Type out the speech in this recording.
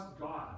God